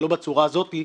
ולא בצורה הזאת,